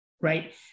right